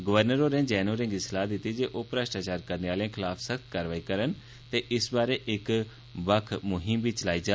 governor होरें जैन होरें गी सलाह दित्ती जे ओह् भ्रष्टाचार करने आह्लें खलाफ सख्त कार्रवाई करन ते इस बारे इक मुहिम चलाई जा